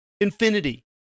infinity